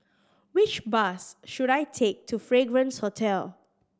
which bus should I take to Fragrance Hotel